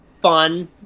fun